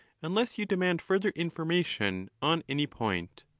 unless you demand further information on any point.